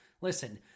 Listen